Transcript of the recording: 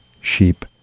sheep